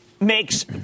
makes